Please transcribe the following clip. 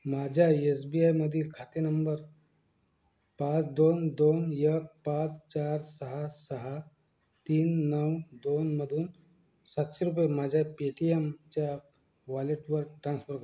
माझ्या S B आयमधील खाते नंबर पाच दोन दोन एक पाच चार सहा सहा तीन नऊ दोनमधून सातशे रुपये माझ्या पे टी एमच्या वॉलेटवर ट्रान्स्फर करा